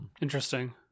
Interesting